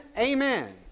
amen